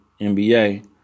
NBA